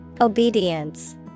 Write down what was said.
Obedience